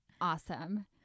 awesome